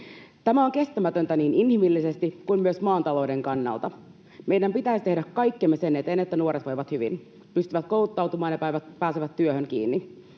Tämä on kestämätöntä niin inhimillisesti kuin myös maan talouden kannalta. Meidän pitäisi tehdä kaikkemme sen eteen, että nuoret voivat hyvin, pystyvät kouluttautumaan ja pääsevät työhön kiinni.